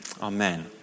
Amen